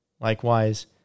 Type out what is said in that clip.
Likewise